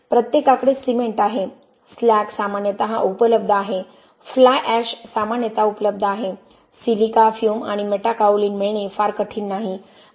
प्रत्येकाकडे सिमेंट आहे स्लॅग सामान्यतः उपलब्ध आहे फ्लाय ऍश सामान्यतः उपलब्ध आहे सिलिका फ्यूम आणि मेटाकाओलिन मिळणे फार कठीण नाही